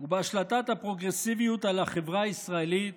ובהשלטת הפרוגרסיביות על החברה הישראלית